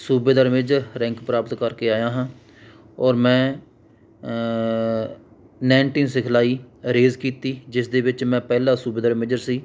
ਸੂਬੇਦਾਰ major rank ਪ੍ਰਾਪਤ ਕਰਕੇ ਆਇਆ ਹਾਂ ਔਰ ਮੈਂ ਨੇਨਟੀਨ ਸਿਖਲਾਈ ਇਰੇਜ਼ ਕੀਤੀ ਜਿਸਦੇ ਵਿੱਚ ਮੈਂ ਪਹਿਲਾ ਸੂਬੇਦਾਰ ਮੇਜਰ ਸੀ